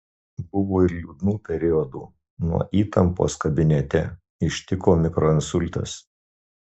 buvo ir liūdnų periodų nuo įtampos kabinete ištiko mikroinsultas